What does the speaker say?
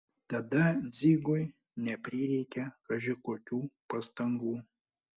tada dzigui neprireikė kaži kokių pastangų